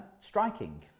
striking